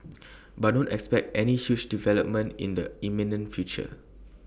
but don't expect any huge development in the imminent future